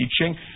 teaching